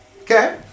Okay